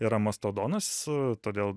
yra mastodonas todėl